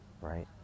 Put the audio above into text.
right